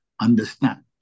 understand